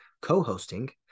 co-hosting